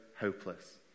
hopeless